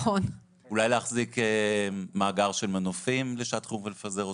אולי להחזיק מאגר של מנופים לשעת חירום ולפזר אותם.